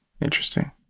Interesting